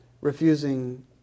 refusing